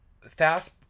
fast